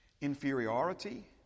inferiority